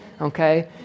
okay